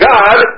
God